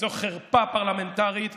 הקואליציה לא הגישה אי-אמון, ידידי.